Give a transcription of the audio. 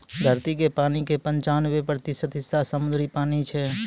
धरती के पानी के पंचानवे प्रतिशत हिस्सा समुद्री पानी छै